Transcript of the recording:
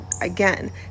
again